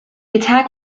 attack